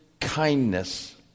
kindness